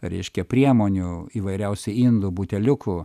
reiškia priemonių įvairiausių indų buteliukų